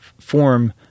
form